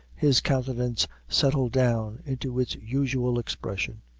his countenance settled down into its usual expression.